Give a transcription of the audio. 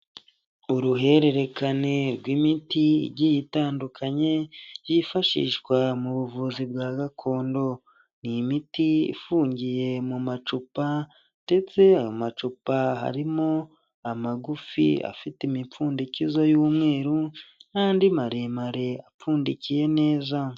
Uruhererekane rw'imiti igiye itandukanye yifashishwa mu buvuzi bwa gakondo, ni imiti ifungiye mu macupa ndetse ayo macupa harimo amagufi afite imipfundikizo y'umweru n'andi maremare apfundikiye neza.